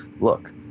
look